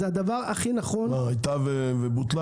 זה הדבר הכי נכון --- הייתה ובוטלה.